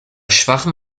schwachem